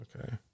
Okay